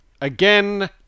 Again